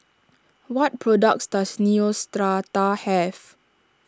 what products does Neostrata have